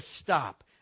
stop